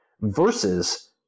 Versus